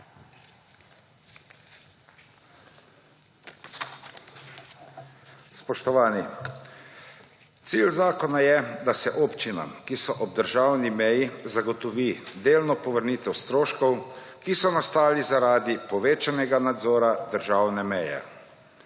Spoštovani! Cilj zakona je, da se občinam, ki so ob državni meji zagotovi delno povrnitev stroškov, ki so nastali, zaradi povečanega nadzora državne meje.